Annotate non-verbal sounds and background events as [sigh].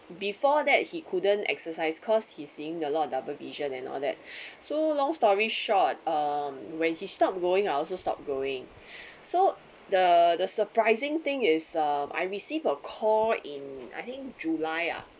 before that he couldn't exercise cause he's seeing a lot of double vision and all that [breath] so long story short um when he stopped going I also stopped going [breath] so the the surprising thing is uh I received a call in I think july ah